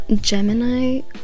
Gemini